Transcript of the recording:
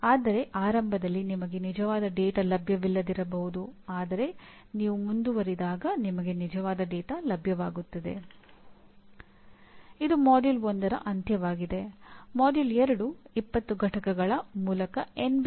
ಅಂದರೆ ನೀವು ಅದನ್ನು ಚಿತ್ರದ ರೂಪದಲ್ಲಿ ಪ್ರಸ್ತುತಪಡಿಸಬಹುದು ಮತ್ತು ನೀವು ಬಯಸಿದರೆ ಅದಕ್ಕೆ ಕೆಲವು ಟಿಪ್ಪಣಿಗಳನ್ನು ಸೇರಿಸಿ